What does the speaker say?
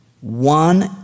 One